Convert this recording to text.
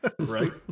right